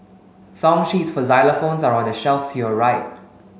song sheets for xylophones are on the shelf to your right